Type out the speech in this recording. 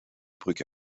brücke